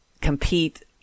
compete